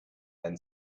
then